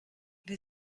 wie